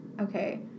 Okay